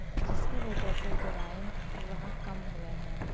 جِس کے وجہ سے جرائم وہاں کم ہوئے ہیں